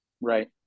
Right